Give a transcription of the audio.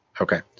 Okay